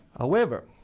however,